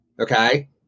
okay